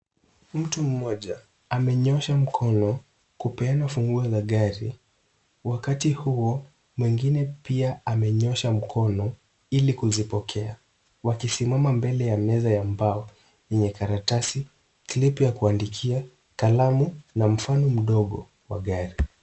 Mtu mmoja amenyoosha mkono kupeana funguo za gari, wakati huo mwingine pia amenyoosha mkono ili kuzipokea, wakisimama mbele ya meza ya mbao yenye karatasi, klipu ya kuandikia, kalamu na mfano mdogo wa gari.